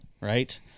right